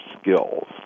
skills